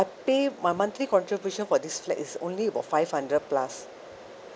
pay my monthly contribution for this flat is only about five hundred plus